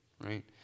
right